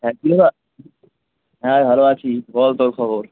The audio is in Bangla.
হ্যাঁ কি ব্যাপার হ্যাঁ ভালো আছি বল তোর খবর